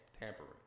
tampering